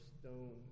stone